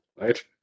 right